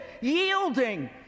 yielding